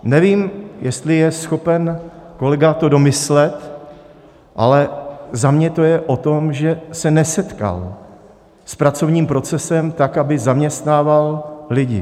Nevím, jestli je schopen kolega to domyslet, ale za mě je to o tom, že se nesetkal s pracovním procesem, tak aby zaměstnával lidi.